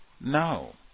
No